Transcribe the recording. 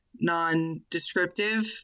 non-descriptive